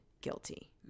guilty